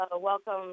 Welcome